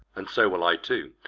and so will i too,